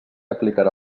aplicarà